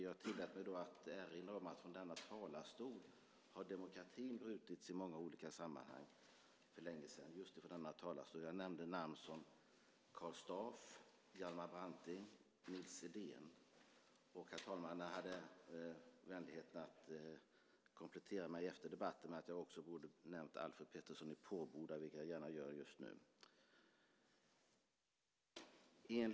Jag tillät mig då att erinra om att just från denna talarstol har demokratin brutits i många olika sammanhang för länge sedan. Jag nämnde namn som Karl Staaf, Hjalmar Branting och Nils Edén. Herr talmannen hade vänligheten att komplettera efter debatten med att jag också borde ha nämnt Alfred Petersson i Påboda, vilket jag gärna gör just nu.